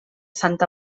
sant